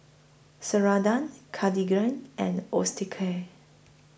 Ceradan Cartigain and Osteocare